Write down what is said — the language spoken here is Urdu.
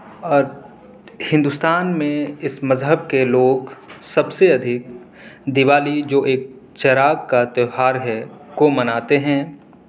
اور ہندوستان میں اس مذہب کے لوگ سب سے ادھک دیوالی جو ایک چراغ کا تہوار ہے کو مناتے ہیں